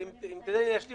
850,000. אם תיתן לי להשלים,